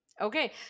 okay